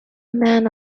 man